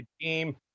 team